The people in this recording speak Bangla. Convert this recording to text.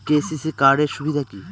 কে.সি.সি কার্ড এর সুবিধা কি?